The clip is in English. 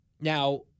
Now